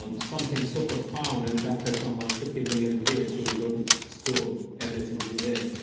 um something so profound that it affects almost fifty billion kids who go to school every single day.